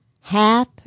half